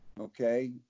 Okay